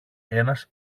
ένας